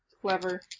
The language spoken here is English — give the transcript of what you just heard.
clever